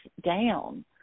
down